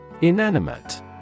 Inanimate